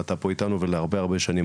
אתה פה איתנו ולהרבה שנים,